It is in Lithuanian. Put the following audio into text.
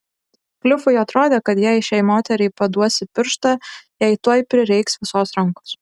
klifui atrodė kad jei šiai moteriai paduosi pirštą jai tuoj prireiks visos rankos